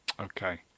Okay